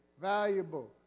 valuable